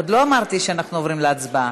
עוד לא אמרתי שעוברים להצבעה,